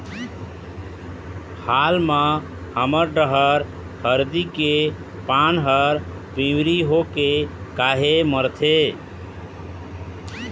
हाल मा हमर डहर हरदी के पान हर पिवरी होके काहे मरथे?